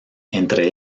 entre